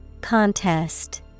Contest